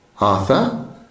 Arthur